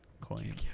Coin